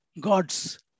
God's